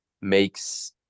makes